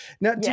Now